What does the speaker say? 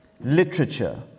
literature